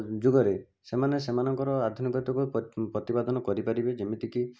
ଯୁଗରେ ସେମାନେ ସେମାନଙ୍କର ଆଧୁନିକତାକୁ ପ୍ରତିପାଦନ କରିପାରିବେ ଯେମିତି କି